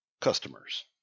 Customers